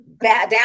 down